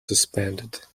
suspended